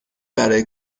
برای